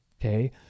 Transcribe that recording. okay